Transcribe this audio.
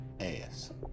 ass